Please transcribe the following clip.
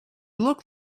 looked